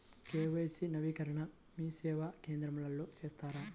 KYC నవీకరణని మీసేవా కేంద్రం లో చేస్తారా?